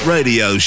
Radio